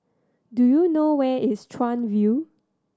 do you know where is Chuan View